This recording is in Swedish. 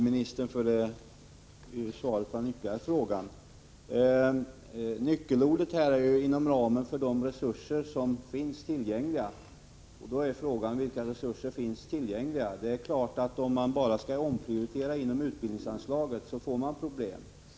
Herr talman! Jag tackar utbildningsministern för svaret på min kompletterande fråga. Nyckelorden i detta sammanhang är: inom ramen för de resurser som finns tillgängliga. Då är frågan vilka resurser som finns tillgängliga. Om man bara skall omprioritera inom utbildningsanslaget är det klart att man får problem.